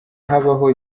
habaho